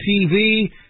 TV